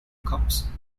cups